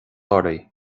oraibh